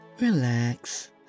Relax